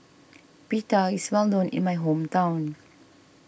Pita is well known in my hometown